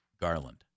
Garland